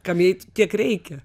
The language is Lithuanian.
kam eiti tiek reikia